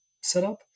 setup